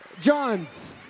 Johns